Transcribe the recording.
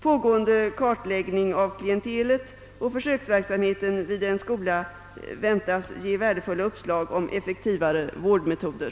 Pågående kartläggning av klientelet och försöksverksamhet vid en skola väntas ge värdefulla uppslag om effektivare vårdmetoder.